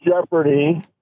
Jeopardy